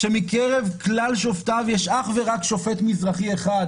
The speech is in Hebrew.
מקרב כלל שופטיו יש אך ורק שופט מזרחי אחד,